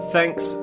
Thanks